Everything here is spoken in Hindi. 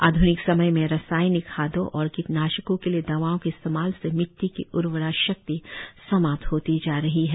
आधुनिक समय में रासायनिक खादों और कीटनाशकों के लिए दवाओं के इस्तेमाल से मिट्टी की उर्वरा शक्ति समाप्त होती जा रही है